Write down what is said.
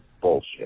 Bullshit